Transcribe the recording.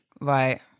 right